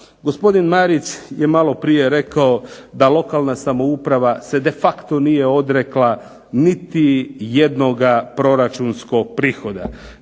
Gospodin Marić je maloprije rekao da lokalna samouprava se de facto nije odrekla niti jednoga proračunskog prihoda.